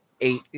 eight